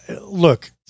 look